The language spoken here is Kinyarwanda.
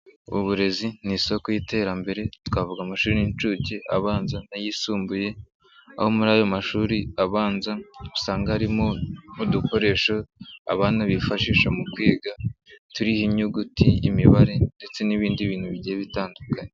Uburezi ni isoko y'iterambere twavuga amashuri y'inshuke, abanza n'ayisumbuye aho muri ayo mashuri abanza usanga harimo nk'udukoresho abana bifashisha mu kwiga turiho inyuguti, imibare ndetse n'ibindi bintu bigiye bitandukanye.